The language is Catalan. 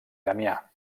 damià